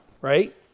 right